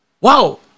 Wow